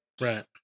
Right